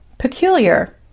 peculiar